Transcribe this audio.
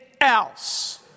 else